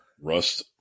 Rust